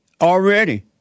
already